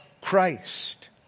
Christ